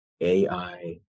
AI